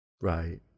Right